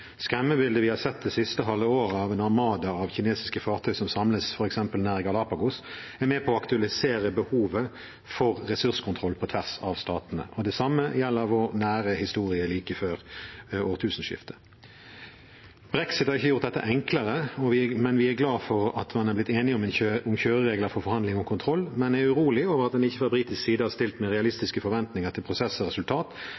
Skremmebildet vi har sett det siste halve året av en armada av kinesiske fartøy som samles f.eks. nær Galapagos, er med på å aktualisere behovet for ressurskontroll på tvers av statene. Det samme gjelder vår nære historie like før årtusenskiftet. Brexit har ikke gjort dette enklere. Vi er glad for at man har blitt enige om kjøreregler for forhandling og kontroll, men er urolige over at man fra britisk side ikke har stilt med